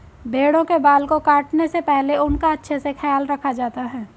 भेड़ों के बाल को काटने से पहले उनका अच्छे से ख्याल रखा जाता है